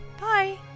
bye